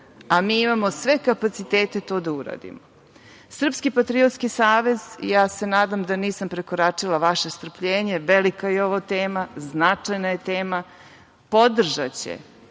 a mi imamo sve kapacitete to da uradimo. Srpski patriotski savez, nadam se da nisam prekoračila vaše strpljenje, velika je ovo tema, značajna je tema, podržaće